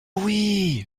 oui